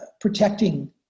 protecting